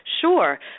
Sure